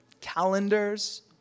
calendars